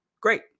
Great